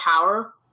power